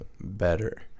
better